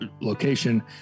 location